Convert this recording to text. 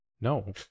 No